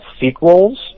sequels